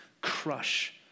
crush